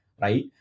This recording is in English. right